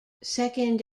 second